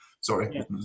sorry